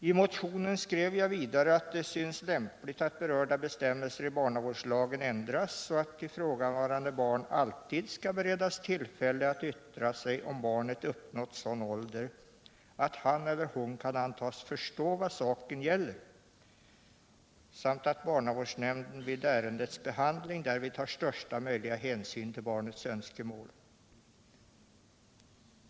I motionen skrev jag vidare att det synes lämpligt att berörda bestämmelser i barnavårdslagen ändras så att ifrågavarande barn alltid bereds tillfälle att yttra sig, om barnet uppnått sådan ålder att han eller hon kan antas förstå vad saken gäller samt att barnavårdsnämnden vid ärendets behandling därvid tar största möjliga hänsyn till barnets önskemål.